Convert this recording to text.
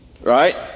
Right